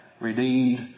redeemed